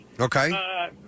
Okay